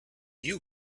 you